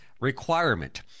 requirement